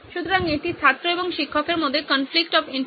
সুতরাং এটি ছাত্র এবং শিক্ষকের মধ্যে কনফ্লিক্ট অফ ইন্টারেস্ট